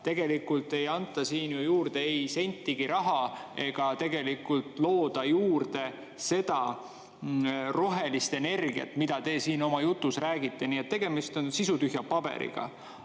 Tegelikult ei anta siin ju juurde sentigi raha ega looda juurde seda rohelist energiat, millest te oma jutus räägite. Nii et tegemist on sisutühja paberiga.